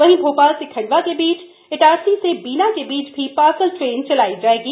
वहीं भोपाल से खंडवा के बीच इटारसी से बीना के बीच भी पार्सल ट्रेन चलाई जाएगी